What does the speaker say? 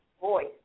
voice